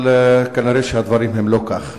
אבל כנראה הדברים הם לא כך.